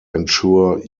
ensure